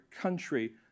country